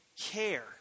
care